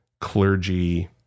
clergy